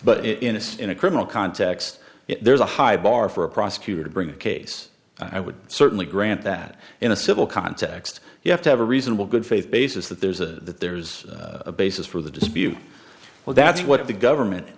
innocent in a criminal context there's a high bar for a prosecutor to bring a case i would certainly grant that in a civil context you have to have a reasonable good faith basis that there's a that there's a basis for the dispute well that's what the government